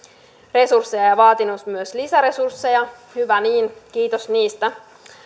resursseja ja ja vaatinut myös lisäresursseja hyvä niin kiitos niistä